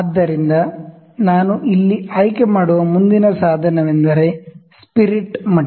ಆದ್ದರಿಂದ ನಾನು ಇಲ್ಲಿ ಆಯ್ಕೆ ಮಾಡುವ ಮುಂದಿನ ಸಾಧನವೆಂದರೆ ಸ್ಪಿರಿಟ್ ಮಟ್ಟ